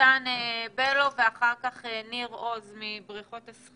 מתן בלו, בבקשה.